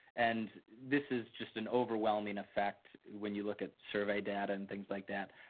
and, this is just an overwhelming affect when you look at survey data and things like that.